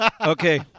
Okay